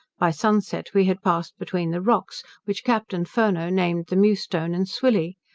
by sunset we had passed between the rocks, which captain furneaux named the mewstone and swilly.